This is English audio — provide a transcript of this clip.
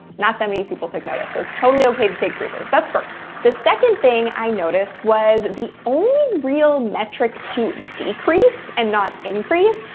not that many people took notice. so, it's totally okay to take breathers. that's first. the second thing i noticed was the only real metric to decrease, and not increase,